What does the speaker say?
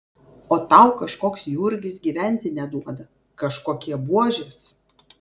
o tau kažkoks jurgis gyventi neduoda kažkokie buožės